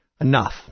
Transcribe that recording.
Enough